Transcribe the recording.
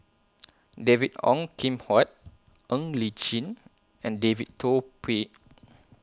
David Ong Kim Huat Ng Li Chin and David Tay Poey